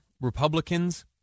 Republicans